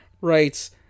writes